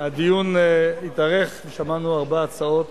הדיון התארך ושמענו הרבה הצעות